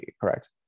correct